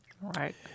Right